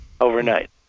overnight